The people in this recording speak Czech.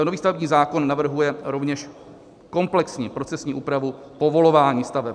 Nový stavební zákon navrhuje rovněž komplexní procesní úpravu povolování staveb.